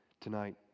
tonight